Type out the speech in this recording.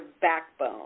backbone